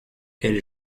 elle